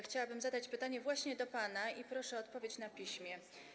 Chciałabym zadać pytanie skierowane właśnie do pana i proszę o odpowiedź na piśmie.